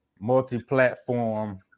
multi-platform